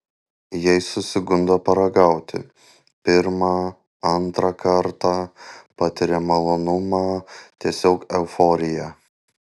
jei susigundo paragauti pirmą antrą kartą patiria malonumą tiesiog euforiją